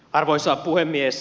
arvoisa puhemies